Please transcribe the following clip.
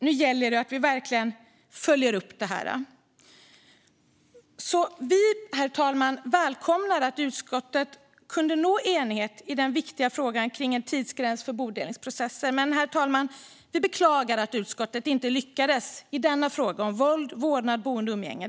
Nu gäller det att vi verkligen följer upp detta. Herr talman! Vi välkomnar att utskottet kunde nå enighet i den viktiga frågan kring en tidsgräns för bodelningsprocesser. Men, herr talman, vi beklagar att utskottet inte lyckades i frågan om vårdnad, boende och umgänge vid våld.